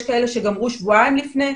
יש כאלה שגמרו שבועיים לפני,